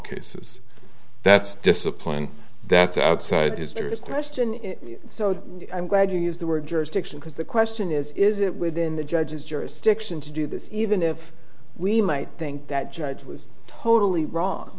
cases that's discipline that's outside history of question so i'm glad you used the word jurisdiction because the question is is it within the judge's jurisdiction to do this even if we might think that judge was totally wrong